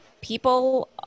people